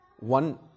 One